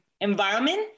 environment